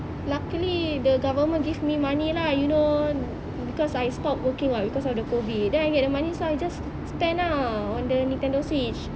luckily the government give me money lah you know because I stop working [what] because of the COVID then I get the money so I just spend ah on the Nintendo switch